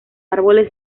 árboles